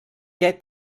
què